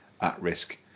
at-risk